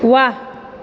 वाह